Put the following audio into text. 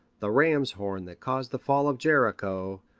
the ram's horn that caused the fall of jericho,